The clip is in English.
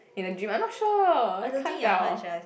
in the dream I'm not sure I can't tell